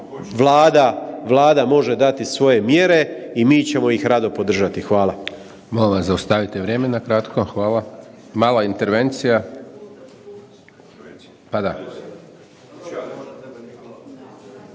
Vlada može dati svoje mjere i mi ćemo ih rado podržati. Hvala.